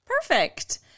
Perfect